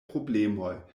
problemoj